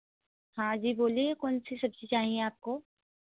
हाँ जी बोलिए कौन सी सब्ज़ी चाहिएँ आपको